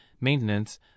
maintenance